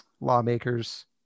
lawmakers